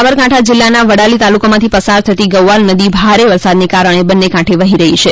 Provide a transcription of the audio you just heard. સાબરકાંઠા જિલ્લાના વડાલી તાલુકામાંથી પસાર થતી ગૌવાલ નદી ભારે વરસાદના કારણે બંને કાંઠે વહી રહી છે